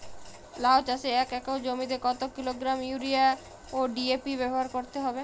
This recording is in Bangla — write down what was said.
লাউ চাষে এক একর জমিতে কত কিলোগ্রাম ইউরিয়া ও ডি.এ.পি ব্যবহার করতে হবে?